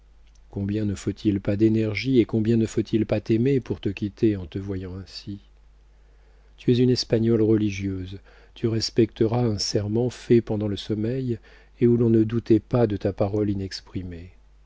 combien ne faut-il pas d'énergie et combien ne faut-il pas t'aimer pour te quitter en te voyant ainsi tu es une espagnole religieuse tu respecteras un serment fait pendant le sommeil et où l'on ne doutait pas de ta parole